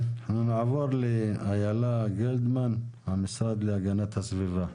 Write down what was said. אנחנו נעבור לאילה גלדמן, המשרד להגנת הסביבה.